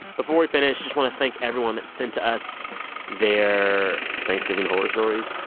before we finish, just want to thank everyone that sent us their thanksgiving horror stories.